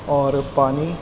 اور پانی